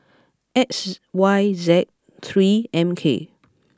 X Y Z three M K